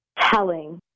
telling